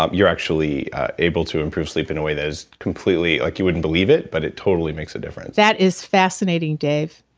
um you're actually able to improve sleep in a way that is completely. like you wouldn't believe it, but it totally makes a difference that is fascinating, dave.